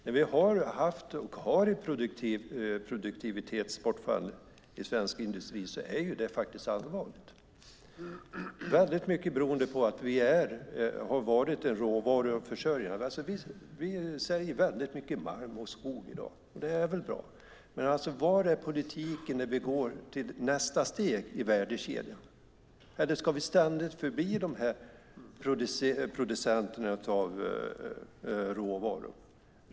När vi har haft och har ett produktivitetsbortfall i svensk industri är det faktiskt allvarligt, väldigt mycket beroende på att vi är och har varit en råvaruförsörjare. Vi säljer väldigt mycket malm och skog i dag. Det är väl bra, men var är politiken när vi går till nästa steg i värdekedjan? Eller ska vi ständigt förbli producenten av råvaror?